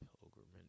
pilgrimage